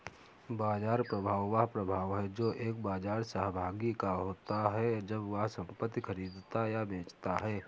बाजार प्रभाव वह प्रभाव है जो एक बाजार सहभागी का होता है जब वह संपत्ति खरीदता या बेचता है